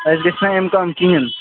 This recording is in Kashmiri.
اَسہِ گژھِ نا امہِ کِہیٖنۍ